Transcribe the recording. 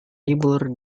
libur